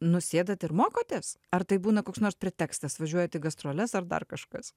nu sėdat ir mokotės ar tai būna koks nors pretekstas važiuojat į gastroles ar dar kažkas